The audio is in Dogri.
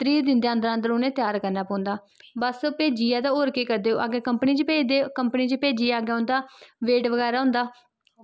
त्रीह् दिन ते अन्दर अन्दर उ'नेंगी तैयार करनां पौंदा बस भेजियै ते होर ओह् केह् करदे कंपनी च घेजदे कंपनी च भेजियै उंदा वेट बगैरा होंदा